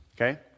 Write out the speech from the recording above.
Okay